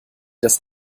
das